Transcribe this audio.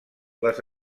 les